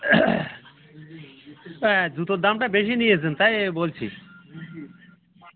হ্যাঁ জুতোর দামটা বেশি নিয়েছেন তাই এ বলছি